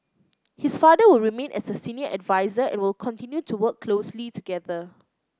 his father will remain as a senior adviser and will continue to work closely together